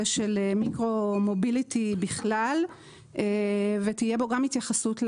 של מיקרו מוביליטי בכלל ותהיה בו גם התייחסות לשליחים.